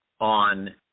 on